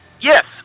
Yes